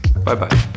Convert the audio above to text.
Bye-bye